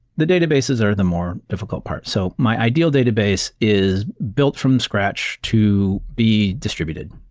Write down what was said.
the databases are the more difficult part. so my ideal database is built from scratch to be distributed,